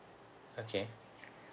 okay